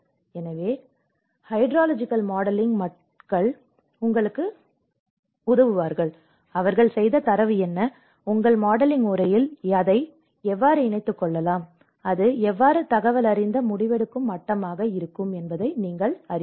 எனவே hydrological modelling மக்கள் உங்களுக்குச் சொல்வார்கள் அவர்கள் செய்த தரவு என்ன உங்கள் மாடலிங் முறையில் அதை எவ்வாறு இணைத்துக்கொள்ளலாம் அது எவ்வாறு தகவலறிந்த முடிவெடுக்கும் மட்டமாக இருக்கும் என்பதை நீங்கள் அறிவீர்கள்